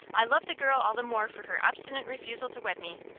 i love the girl all the more for her obstinate refusal to wed me.